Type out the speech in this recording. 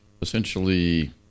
essentially